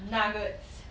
nuggets